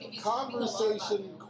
conversation